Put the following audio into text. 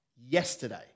yesterday